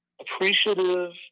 appreciative